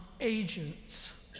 agents